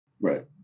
Right